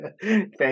Thank